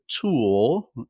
tool